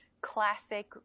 classic